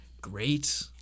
great